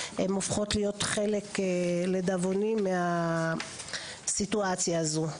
הן הופכות להיות חלק לדאבוני מהסיטואציה הזו.